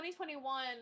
2021